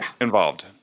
involved